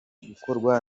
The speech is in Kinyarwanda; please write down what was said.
gukorwa